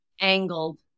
angled